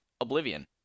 Oblivion